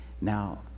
Now